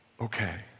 Okay